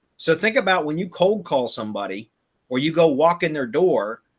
so think about when you cold call somebody or you go walk in their door,